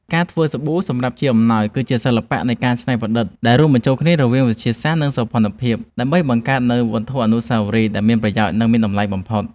ការធ្វើសាប៊ូសម្រាប់ជាអំណោយ គឺជាសិល្បៈនៃការច្នៃប្រឌិតដែលរួមបញ្ចូលគ្នារវាងវិទ្យាសាស្ត្រ និងសោភ័ណភាព ដើម្បីបង្កើតនូវវត្ថុអនុស្សាវរីយ៍ដែលមានប្រយោជន៍ និងមានតម្លៃបំផុត។